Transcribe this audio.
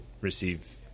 receive